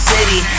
City